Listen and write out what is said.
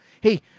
Hey